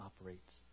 operates